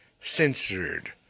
censored